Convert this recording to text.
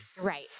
Right